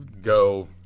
go